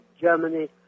Germany